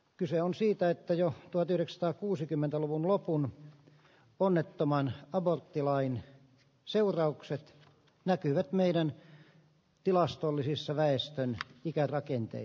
kyse on siitä että jo tuhatyhdeksän kuusikymmentä luvun lopun onnettomaan aborttilain seuraukset näkyvät meidän tilastollisissa väestön ikärakenteen